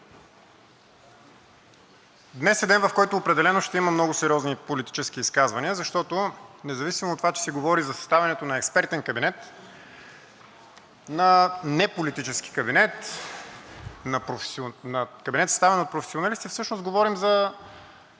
Днес е ден, в който определено ще има много сериозни политически изказвания, защото независимо от това, че се говори за съставянето на експертен кабинет, на неполитически кабинет, на кабинет, съставен от професионалисти, всъщност говорим за